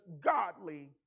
godly